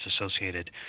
associated